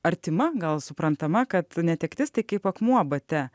artima gal suprantama kad netektis tai kaip akmuo bate